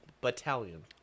Battalion